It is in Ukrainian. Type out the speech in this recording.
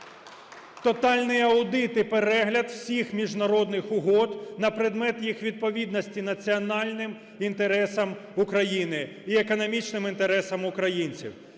тотальний аудит і перегляд всіх міжнародних угод на предмет їх відповідності національним інтересам України і економічним інтересам українців.